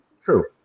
True